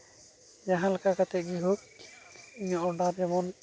ᱡᱟᱦᱟᱸ ᱞᱮᱠᱟ ᱠᱟᱛᱮᱫ ᱜᱮ ᱦᱳᱠ ᱤᱧᱟᱹᱜ ᱚᱰᱟᱨ